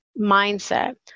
mindset